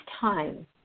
time